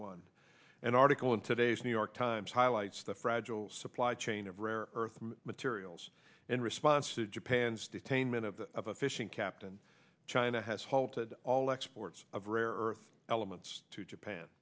ne an article in today's new york times highlights the fragile supply chain of rare earth materials in response to japan's detainment of of a fishing captain china has halted all exports of rare earth elements to japan